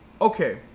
okay